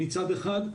מצד אחד,